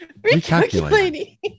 Recalculating